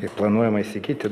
ir planuojama įsigyti